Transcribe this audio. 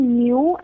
new